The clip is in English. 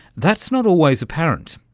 that's not always apparent,